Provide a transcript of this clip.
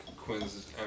Quinn's